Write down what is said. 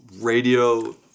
radio